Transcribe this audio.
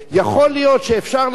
יכול להיות שאפשר להבדיל,